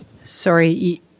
Sorry